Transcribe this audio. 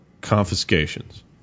confiscations